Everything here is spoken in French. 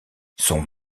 son